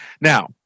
Now